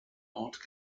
ort